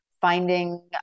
finding